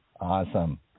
Awesome